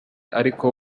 ariko